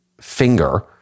finger